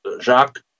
Jacques